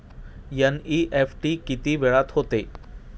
NEFT किती वेळात होते?